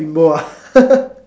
bimbo ah